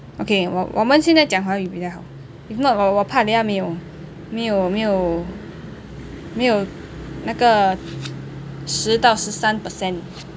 okay 我们现在讲华语比较好 if not hor 我怕等下没有没有没有没有那个十套十三 percent